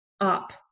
up